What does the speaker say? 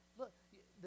Look